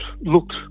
looked